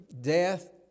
death